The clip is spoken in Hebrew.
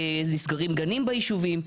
נסגרים גנים ביישובים.